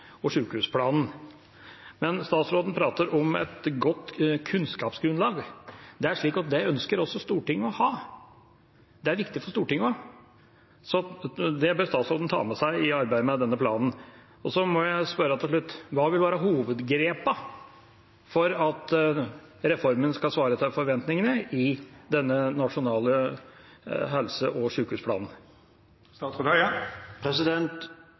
Statsråden prater om et godt kunnskapsgrunnlag. Men det ønsker også Stortinget å ha, det er viktig for Stortinget. Det bør statsråden ta med seg i arbeidet med denne planen. Så må jeg spørre til slutt: Hva vil være hovedgrepene for at reformen skal svare til forventningene i Nasjonal helse- og